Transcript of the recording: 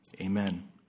Amen